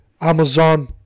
Amazon